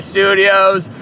Studios